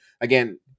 again